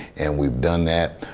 and we've done that,